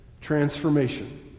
transformation